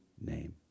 name